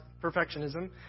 perfectionism